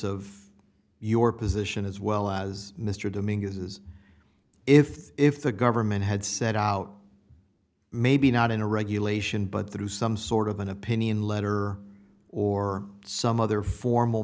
of your position as well as mr dominguez if if the government had set out maybe not in a regulation but through some sort of an opinion letter or some other formal